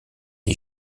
est